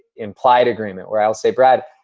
implied agreement where i'll say, brad,